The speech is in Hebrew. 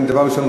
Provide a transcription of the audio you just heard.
דבר ראשון,